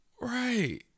Right